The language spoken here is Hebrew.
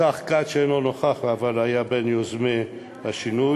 לשר כץ, שאינו נוכח אבל היה בין יוזמי השינוי.